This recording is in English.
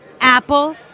apple